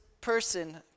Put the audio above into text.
person